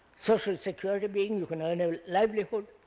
social security being you can earn a livelihood,